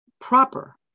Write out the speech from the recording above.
proper